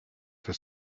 for